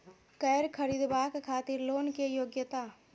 कैर खरीदवाक खातिर लोन के योग्यता?